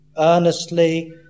earnestly